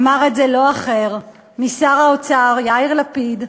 אמר את זה לא אחר משר האוצר יאיר לפיד.